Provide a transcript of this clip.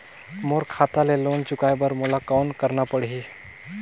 मोर खाता ले लोन चुकाय बर मोला कौन करना पड़ही?